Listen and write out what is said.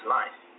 life